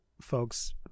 folks